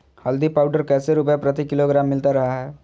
हल्दी पाउडर कैसे रुपए प्रति किलोग्राम मिलता रहा है?